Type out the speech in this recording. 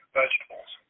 vegetables